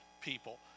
people